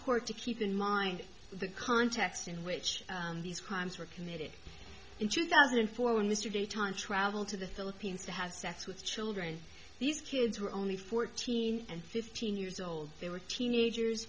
court to keep in mind the context in which these crimes were committed in two thousand and four when mr de time travel to the philippines to have sex with children these kids were only fourteen and fifteen years old they were teenagers